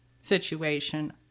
situation